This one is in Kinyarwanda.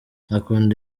akunda